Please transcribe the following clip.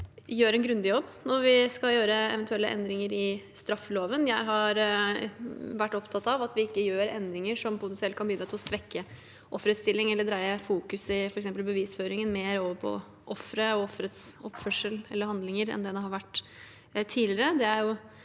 gjør en grundig jobb når vi skal gjøre eventuelle endringer i straffeloven. Jeg har vært opptatt av at vi ikke gjør endringer som potensielt kan bidra til å svekke offerets stilling, eller dreie fokuset i f.eks. bevisføringen mer over på offeret og offerets oppførsel eller handlinger enn det har vært tidligere.